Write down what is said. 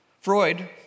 Freud